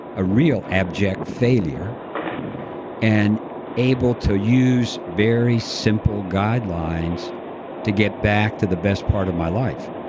a real abject failure and able to use very simple guidelines to get back to the best part of my life.